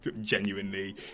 genuinely